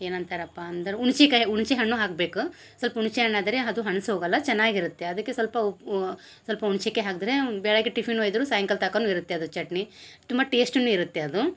ಏನಂತರಪ್ಪ ಅಂದ್ರ ಹುಣ್ಸಿಕಾಯಿ ಹುಣ್ಸಿಹಣ್ಣು ಹಾಕ್ಬೇಕು ಸೊಲ್ಪ ಹುಣ್ಸೆಹಣ್ಣು ಆದರೆ ಅದು ಹಣ್ಸ್ ಹೋಗಲ್ಲ ಚೆನ್ನಾಗಿರುತ್ತೆ ಅದಕ್ಕೆ ಸ್ವಲ್ಪ ಉಪ್ಪು ಸ್ವಲ್ಪ ಹುಣ್ಚೆಕಾಯಿ ಹಾಕ್ದ್ರೆ ಬೆಳಗ್ಗೆ ಟಿಫಿನ್ ಒಯ್ದ್ರು ಸಾಯಂಕಾಲ ತಕನು ಇರುತ್ತೆ ಅದು ಚಟ್ನಿ ತುಂಬ ಟೇಸ್ಟ್ನು ಇರುತ್ತೆ ಅದು